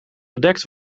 gedekt